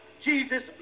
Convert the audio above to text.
Jesus